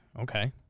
Okay